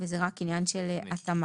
זה רק עניין של התאמה